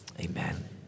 Amen